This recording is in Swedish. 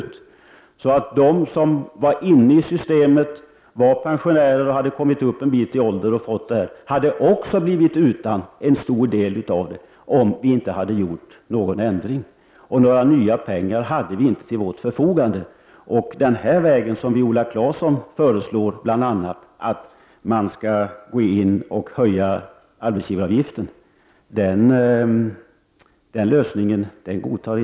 Därför hade också de som var inne i systemet, de som var pensionärer och hade kommit upp i ålder, blivit utan en stor del, om vi inte hade gjort någon ändring. Några nya pengar hade vi inte till vårt förfogande. Den lösning som Viola Claesson föreslår, att man skall gå in och höja arbetsgivaravgiften, godtar inte ens sjöfolket.